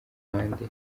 mpande